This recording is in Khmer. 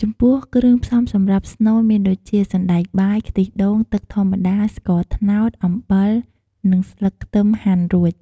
ចំពោះគ្រឿងផ្សំសម្រាប់ស្នូលមានដូចជា សណ្ដែកបាយ ខ្ទិះដូង ទឹកធម្មតា ស្ករត្នោត អំបិល និងស្លឹកខ្ទឹមហាន់រួច។